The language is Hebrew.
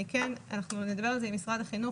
אנחנו נדבר על זה עם משרד החינוך,